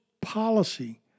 policy